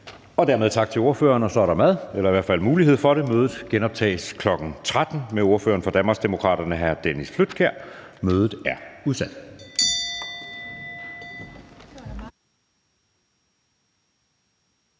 Dermed tak til ordføreren, og så er der mad – eller i hvert fald mulighed for det. Mødet genoptages kl. 13.00 med ordføreren for Danmarksdemokraterne, hr. Dennis Flydtkjær. Mødet er udsat.